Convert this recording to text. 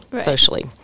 socially